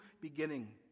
beginning